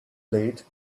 blade